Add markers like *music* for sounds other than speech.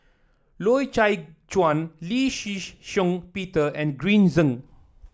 Loy Chye Chuan Lee Shih *unintelligible* Shiong Peter and Green Zeng